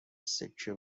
سکه